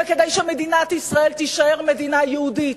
וכדי שמדינת ישראל תישאר מדינה יהודית,